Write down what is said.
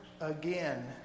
again